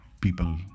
people